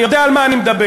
אני יודע על מה אני מדבר,